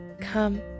come